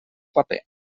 paper